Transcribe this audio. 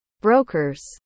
Brokers